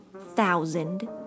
thousand